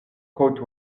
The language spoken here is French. côte